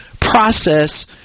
process